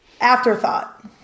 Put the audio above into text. Afterthought